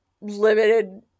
limited